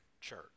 church